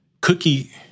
Cookie